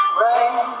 rain